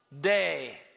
day